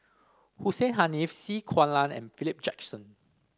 Hussein Haniff C Kunalan and Philip Jackson